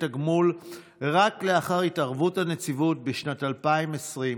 הגמול רק לאחר התערבות הנציבות בשנת 2020,